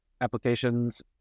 applications